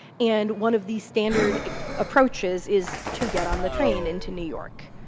and one of the standard approaches is to get on the train into new york.